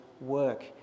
work